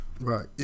Right